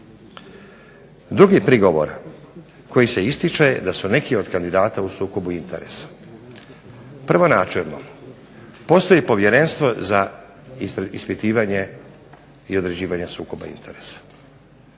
Drugi prigovor koji se ističe da su neki od kandidata u sukobu interesa. Prvo načelno, postoji Povjerenstvo za ispitivanje i određivanje sukoba interesa.